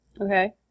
Okay